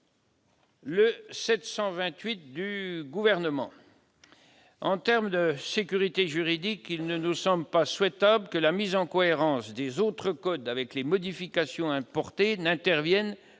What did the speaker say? n° 728 du Gouvernement. En termes de sécurité juridique, il ne nous paraît pas souhaitable que la mise en cohérence des autres codes avec les modifications apportées n'intervienne pas